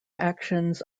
actions